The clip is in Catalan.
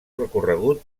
recorregut